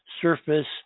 surface